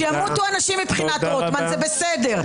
שימותו אנשים מבחינת רוטמן, זה בסדר.